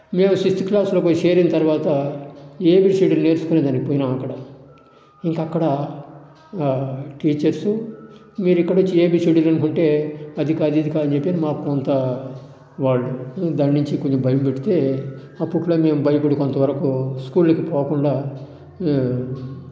మేము సిక్స్త్ క్లాస్లో పోయి చేరిన తర్వాత ఏబిసిడిలు నేర్చుకునే దానికి పోయినాం అక్కడ ఇంకా అక్కడ టీచర్స్ మీరు ఇంకా నుంచి ఏబిసిడిలు అంటే అది ఇది కాదు అని మాకు కొంత వాళ్ళు దండించి కొంచెం భయం పెడితే అప్పట్లో మేము భయపడి కొంతవరకు స్కూలుకి పోకుండా